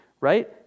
right